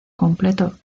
completo